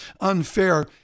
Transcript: unfair